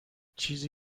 چیزی